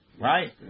right